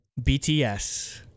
BTS